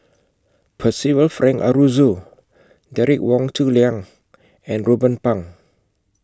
Percival Frank Aroozoo Derek Wong Zi Liang and Ruben Pang